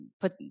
put